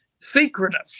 secretive